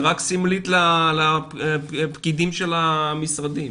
זה רק סמלית לפקידים של המשרדים.